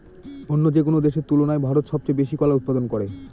অন্য যেকোনো দেশের তুলনায় ভারত সবচেয়ে বেশি কলা উৎপাদন করে